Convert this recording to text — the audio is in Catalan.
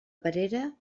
perera